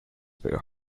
were